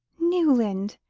newland!